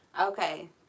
Okay